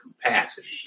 capacity